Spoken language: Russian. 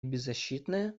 беззащитная